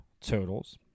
totals